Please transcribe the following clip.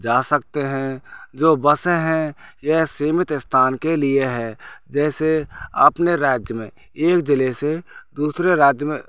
जा सकते हैं जो बसें हैं यह सीमित स्थान के लिए है जैसे अपने राज्य में एक ज़िले से दूसरे राज्य में